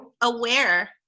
aware